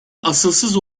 asılsız